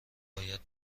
باید